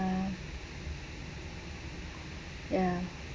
ya